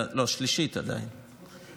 לא, עדיין שלישית.